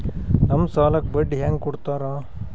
ನಮ್ ಸಾಲಕ್ ಬಡ್ಡಿ ಹ್ಯಾಂಗ ಕೊಡ್ತಾರ?